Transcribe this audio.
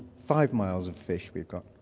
five miles of fish, we've got.